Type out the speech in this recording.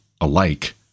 alike